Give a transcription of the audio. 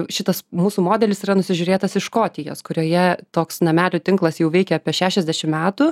šitas mūsų modelis yra nusižiūrėtas iš škotijos kurioje toks namelių tinklas jau veikia apie šešiasdešim metų